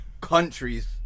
countries